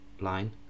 line